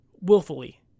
willfully